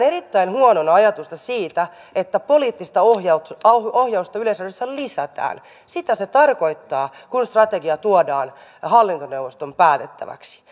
erittäin huonona ajatusta siitä että poliittista ohjausta yleisradiossa lisätään sitä se tarkoittaa kun strategia tuodaan hallintoneuvoston päätettäväksi